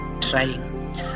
trying